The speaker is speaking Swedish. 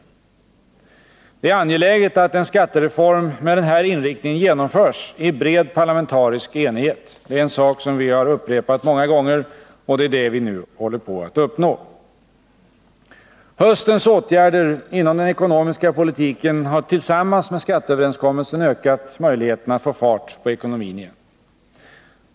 Det är angeläget att en skattereform med den här inriktningen genomförs i bred parlamentarisk enighet. Höstens åtgärder inom den ekonomiska politiken har, tillsammans med skatteöverenskommelsen, ökat möjligheterna att få fart på ekonomin igen.